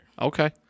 Okay